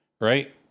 Right